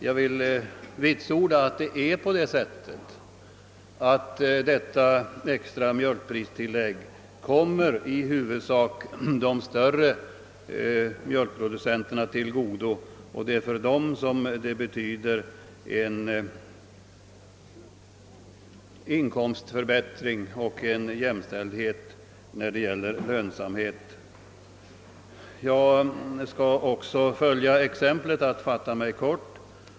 Jag vill dock vitsorda att detta extra mjölkpristillägg är mest betydelsefullt för de större mjölkproducenterna, och det är för dem det betyder en reell inkomstförbättring och ökad lönsamhet. Också jag skall följa exemplet och fatta mig kort.